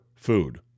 Food